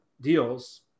deals